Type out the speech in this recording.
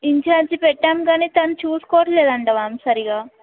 incharge పెట్టాం కానీ తను చూసుకోవట్లేదంట మ్యామ్ సరిగ్గా